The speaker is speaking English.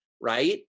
right